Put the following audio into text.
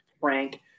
Frank